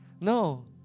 no